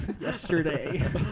yesterday